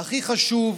והכי חשוב: